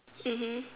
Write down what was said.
mmhmm